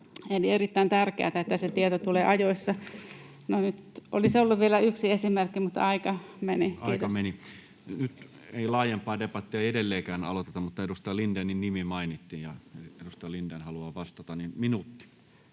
Eli on erittäin tärkeätä, että se tieto tulee ajoissa. Nyt olisi ollut vielä yksi esimerkki, mutta aika meni. — Kiitos. Aika meni. — Nyt edelleenkään ei laajempaa debattia aloiteta, mutta kun edustaja Lindénin nimi mainittiin ja edustaa Lindén haluaa vastata, niin minuutti.